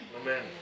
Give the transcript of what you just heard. Amen